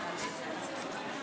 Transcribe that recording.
כנסת נכבדה,